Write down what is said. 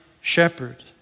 shepherd